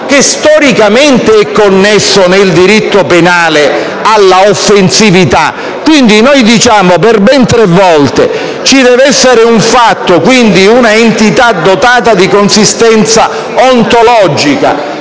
che storicamente è connesso nel diritto penale alla offensività. Quindi, noi diciamo, per ben tre volte, che ci deve essere un fatto, quindi un'entità dotata di consistenza ontologica;